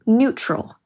neutral